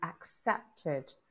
accepted